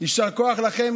"יישר כוח לכם"?